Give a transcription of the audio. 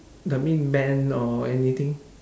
that mean man or anything